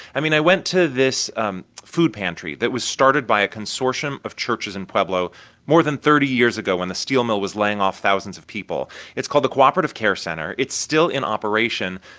i mean, i went to this um food pantry that was started by a consortium of churches in pueblo more than thirty years ago when the steel mill was laying off thousands of people. it's called the cooperative care center. it's still in operation.